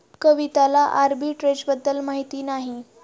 कविताला आर्बिट्रेजबद्दल माहिती नाही